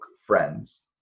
friends